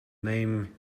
name